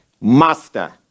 master